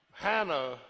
Hannah